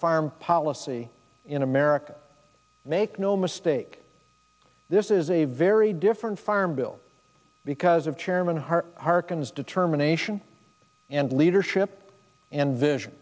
farm policy in america make no mistake this is a very different farm bill because of chairman her hearkens determination and leadership and vision